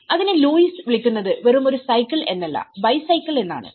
അതിനെ ലൂയിസ്വിളിക്കുന്നത് വെറുമൊരു സൈക്കിൾ എന്നല്ല ബൈ സൈക്കിൾഎന്നാണ്